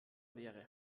wäre